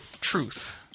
truth